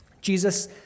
Jesus